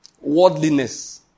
Worldliness